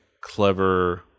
clever